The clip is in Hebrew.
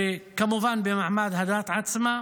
במעמד הדת עצמה,